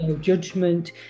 judgment